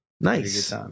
Nice